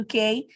UK